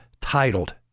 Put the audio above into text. titled